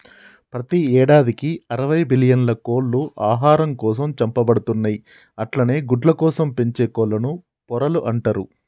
ప్రతి యేడాదికి అరవై బిల్లియన్ల కోళ్లు ఆహారం కోసం చంపబడుతున్నయి అట్లనే గుడ్లకోసం పెంచే కోళ్లను పొరలు అంటరు